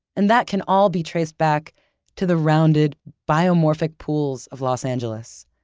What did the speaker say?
and that can all be traced back to the rounded, biomorphic pools of los angeles.